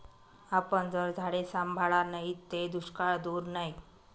आपन जर झाडे सांभाळा नैत ते दुष्काळ दूर नै